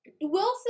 Wilson